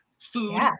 Food